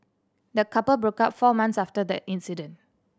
the couple broke up four months after the incident